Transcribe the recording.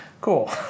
Cool